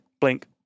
blink